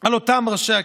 על אותם ראשי הקהילה.